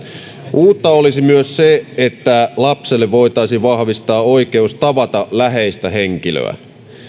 uutta olisi myös se että lapselle voitaisiin vahvistaa oikeus tavata läheistä henkilöä